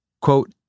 Quote